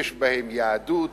שיש בהם יהדות?